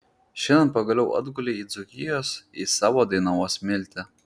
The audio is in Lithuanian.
šiandien pagaliau atgulei į dzūkijos į savo dainavos smiltį